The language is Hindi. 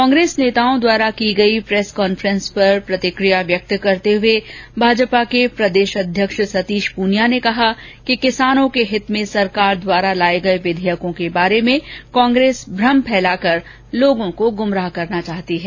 कांग्रेस नेताओं द्वारा की गई प्रेस कॉन्फ्रेंस पर प्रतिक्रिया व्यक्त करते हुए भाजपा के प्रदेश अध्यक्ष सतीश पूनिया ने कहा की किसानों के हित में सरकार द्वारा लाये गये विधेयकों के बारे में कांग्रेस भ्रम फैला कर लोगों को गुमराह करना चाहती है